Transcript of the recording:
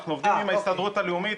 אנחנו עובדים עם ההסתדרות הלאומית,